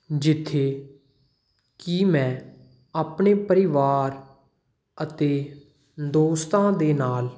ਜਿੱਥੇ ਕਿ ਮੈਂ ਆਪਣੇ ਪਰਿਵਾਰ ਅਤੇ ਦੋਸਤਾਂ ਦੇ ਨਾਲ